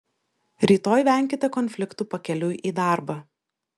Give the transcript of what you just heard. rytoj venkite konfliktų pakeliui į darbą